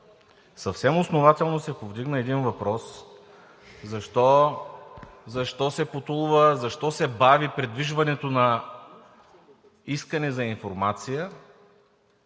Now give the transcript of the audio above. Съвсем основателно се повдигна един въпрос: защо се потулва, защо се бави придвижването на искане за информация